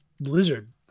Blizzard